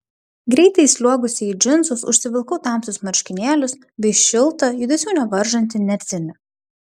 greitai įsliuogusi į džinsus užsivilkau tamsius marškinėlius bei šiltą judesių nevaržantį nertinį